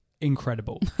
Incredible